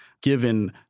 given